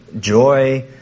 joy